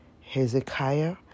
Hezekiah